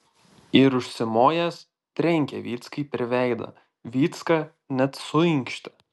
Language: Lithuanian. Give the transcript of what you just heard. ir užsimojęs trenkė vyckai per veidą vycka net suinkštė